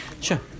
Sure